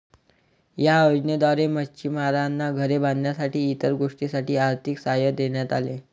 या योजनेद्वारे मच्छिमारांना घरे बांधण्यासाठी इतर गोष्टींसाठी आर्थिक सहाय्य देण्यात आले